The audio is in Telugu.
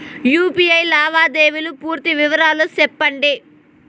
యు.పి.ఐ లావాదేవీల పూర్తి వివరాలు సెప్పండి?